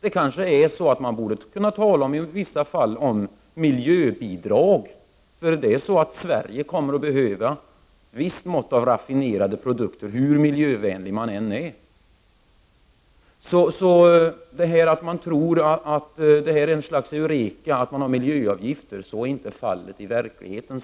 I vissa fall borde man kanske tala om miljöbidrag. Sverige kommer nämligen att behöva ett visst mått av raffinerade produkter hur miljövänligt Sverige än skall vara. Om man tror att miljöavgifter skulle vara något slags heureka stämmer det inte med verkligheten.